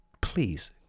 please